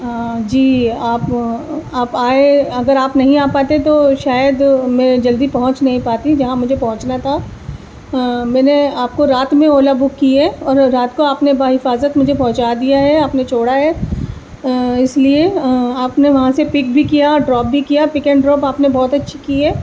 جی آپ آپ آئے اگر آپ نہیں آ پاتے تو شاید میں جلدی پہنچ نہیں پاتی جہاں مجھے پہنچنا تھا میں نے آپ کو رات میں اولا بک کی ہے اور رات کو آپ نے بحفاظت مجھے پہنچا دیا ہے آپ نے چھوڑا ہے اس لیے آپ نے وہاں سے پک بھی کیا ڈراپ بھی کیا پک اینڈ ڈراپ آپ نے بہت اچھی کی ہے